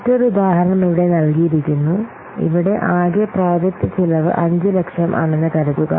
മറ്റൊരു ഉദാഹരണം ഇവിടെ നൽകിയിരിക്കുന്നു ഇവിടെ ആകെ പ്രോജക്റ്റ് ചെലവ് 500000 ആണെന്ന് കരുതുക